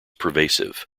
pervasive